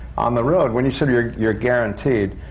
on the road, when you say you're you're guaranteed,